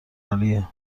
عالیه